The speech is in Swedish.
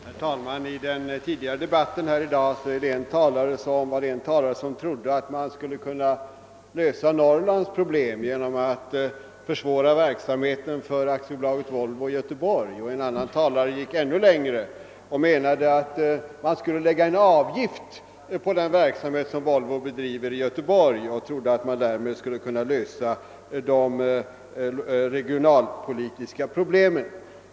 Herr talman! I den tidigare debatten här i dag trodde en talare att man skulle kunna lösa Norrlands problem genom att försvåra verksamheten för AB Volvo i Göteborg. En annan talare gick ännu längre och menade att man skulle lägga en avgift på den verksamhet som Volvo bedriver. Därmed trodde han att man skulle kunna lösa de regionalpolitiska problemen.